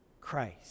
Christ